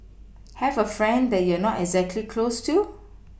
have a friend that you're not exactly close to